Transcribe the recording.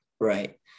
Right